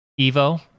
Evo